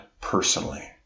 personally